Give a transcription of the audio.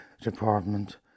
department